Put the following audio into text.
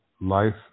life